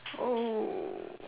oh